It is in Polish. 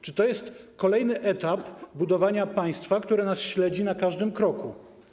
Czy to jest kolejny etap budowania państwa, które nas śledzi na każdym kroku?